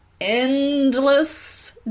endless